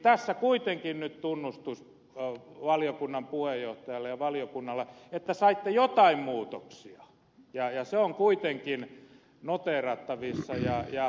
tässä kuitenkin nyt tunnustus valiokunnan puheenjohtajalle ja valiokunnalle että saitte jotain muutoksia se on kuitenkin noteerattavissa